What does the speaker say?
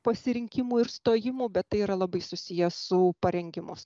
pasirinkimų ir stojimo bet tai yra labai susiję su parengimu